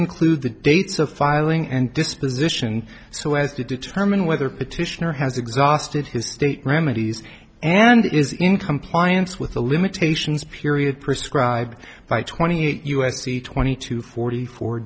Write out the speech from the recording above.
include the dates of filing and disposition so as to determine whether petitioner has exhausted his state remedies and is in compliance with the limitations period prescribed by twenty eight u s c twenty two forty four